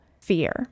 fear